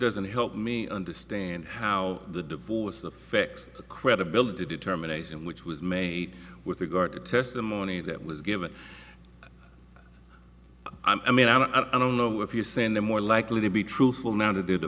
doesn't help me understand how the divorce affects the credibility determination which was made with regard to testimony that was given i mean i don't know if you're saying they're more likely to be truthful now to do the